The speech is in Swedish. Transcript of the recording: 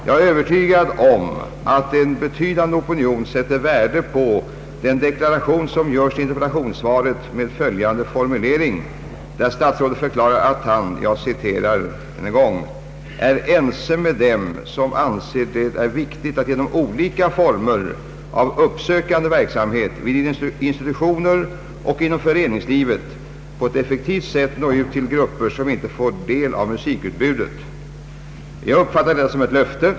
Jag är övertygad om att en betydande opinion sätter värde på den deklaration som görs i interpellationssvaret med följande formulering, där statsrådet förklarar att han ”är ense med dem som anser att det är viktigt att genom olika former av uppsökande verksamhet vid institutioner och inom föreningslivet på ett effektivt sätt nå ut till grupper som eljest inte får del av musikutbudet”. Jag uppfattar det som ett löfte.